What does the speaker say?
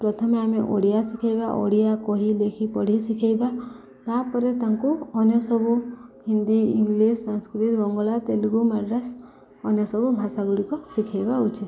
ପ୍ରଥମେ ଆମେ ଓଡ଼ିଆ ଶିଖେଇବା ଓଡ଼ିଆ କହି ଲେଖି ପଢ଼ି ଶିଖେଇବା ତା'ପରେ ତାଙ୍କୁ ଅନ୍ୟ ସବୁ ହିନ୍ଦୀ ଇଂଲିଶ୍ ସାଂସ୍କୃିତ ବଙ୍ଗଳା ତେଲୁଗୁ ମାଡ୍ରାସ୍ ଅନ୍ୟ ସବୁ ଭାଷା ଗୁଡ଼ିକ ଶିଖେଇବା ଉଚିତ୍